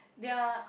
they are